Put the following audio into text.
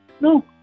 no